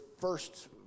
first